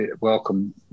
welcome